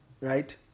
right